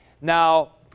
Now